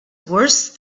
worse